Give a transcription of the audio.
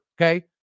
okay